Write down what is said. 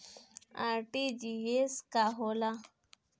RTGS का होला?